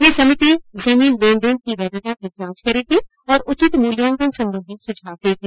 यह समिति जमीन लेन देन की वैधता की जांच करेगी और उचित मूल्यांकन सम्बंधी सुझाव देगी